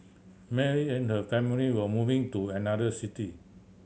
Mary and her family were moving to another city